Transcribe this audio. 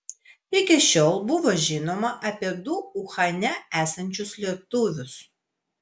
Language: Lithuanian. iki šiol buvo žinoma apie du uhane esančius lietuvius